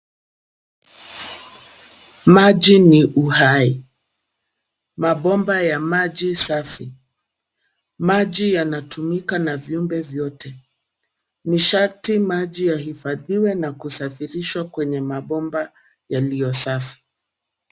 Maji ni uhai. Mabomba ya maji safi. Maji yanatumika na vyumbe vyote, ni sharti maji yahifadhiwe na kusafirishwa kwenye mabomba yaliyo safi.